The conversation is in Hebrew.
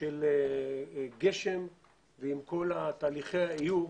של גשם ועם כל תהליכי העיור